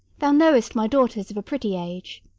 thou knowest my daughter's of a pretty age.